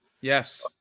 Yes